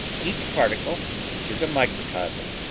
each particle is a microcosm,